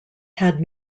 had